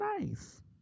nice